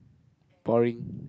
boring